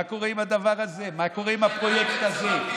מה קורה עם הדבר הזה, מה קורה עם הפרויקט הזה?